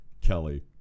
Kelly